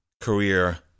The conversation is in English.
career